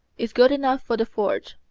is good enough for the forge.